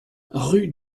rue